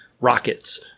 rockets